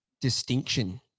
distinction